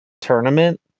Tournament